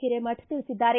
ಹಿರೇಮಠ ತಿಳಿಸಿದ್ದಾರೆ